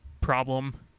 problem